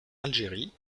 algérie